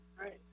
right